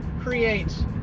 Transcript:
creates